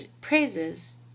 praises